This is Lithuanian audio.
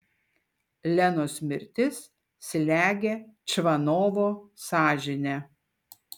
lenos mirtis slegia čvanovo sąžinę